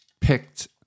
picked